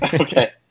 okay